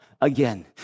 again